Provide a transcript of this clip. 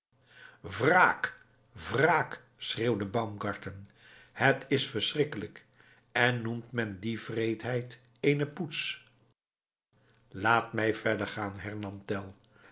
wraak wraak schreeuwde baumgarten het is verschrikkelijk en noemt men die wreedheid eene poets laat mij verder gaan hernam tell